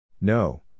No